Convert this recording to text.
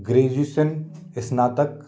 graduation स्नातक